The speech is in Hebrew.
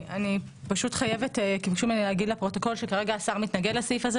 ביקשו ממני לומר לפרוטוקול שכרגע השר מתנגד לסעיף הזה,